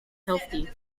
healthy